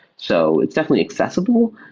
so it's definitely accessible.